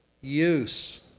use